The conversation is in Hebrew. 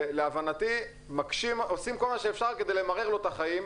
להבנתי עושים כל מה שאפשר כדי למרר לו את החיים.